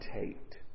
Tate